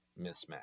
mismatch